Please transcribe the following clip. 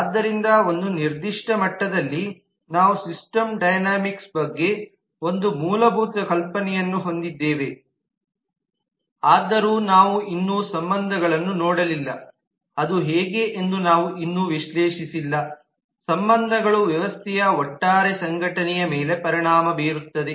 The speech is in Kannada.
ಆದ್ದರಿಂದ ಒಂದು ನಿರ್ದಿಷ್ಟ ಮಟ್ಟದಲ್ಲಿ ನಾವು ಸಿಸ್ಟಮ್ ಡೈನಾಮಿಕ್ಸ್ ಬಗ್ಗೆ ಒಂದು ಮೂಲಭೂತ ಕಲ್ಪನೆಯನ್ನು ಹೊಂದಿದ್ದೇವೆ ಆದರೂ ನಾವು ಇನ್ನೂ ಸಂಬಂಧಗಳನ್ನು ನೋಡಲಿಲ್ಲ ಅದು ಹೇಗೆ ಎಂದು ನಾವು ಇನ್ನೂ ವಿಶ್ಲೇಷಿಸಿಲ್ಲ ಸಂಬಂಧಗಳು ವ್ಯವಸ್ಥೆಯ ಒಟ್ಟಾರೆ ಸಂಘಟನೆಯ ಮೇಲೆ ಪರಿಣಾಮ ಬೀರುತ್ತವೆ